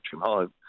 home